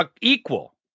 equal